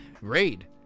raid